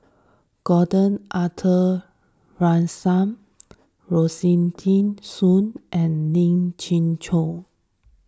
Gordon Arthur Ransome Rosaline Soon and Lien Ying Chow